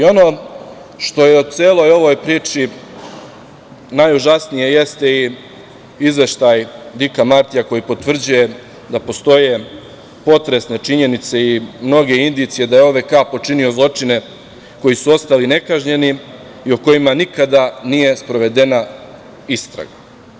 Ono što je u celoj ovoj priči najužasnije jeste i izveštaj Dika Martija koji potvrđuje da postoje potresne činjenice i mnoge indicije da je OVK počinio zločine koji su ostali nekažnjeni i o kojima nikada nije sprovedena istraga.